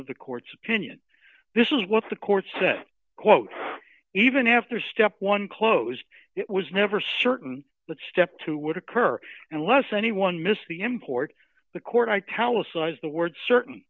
of the court's opinion this is what the court said quote even after step one closed it was never certain but step two would occur and lest anyone miss the import the court italics was the word certain